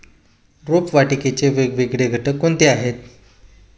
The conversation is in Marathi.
रोपवाटिकेचे वेगवेगळे घटक कोणते आहेत?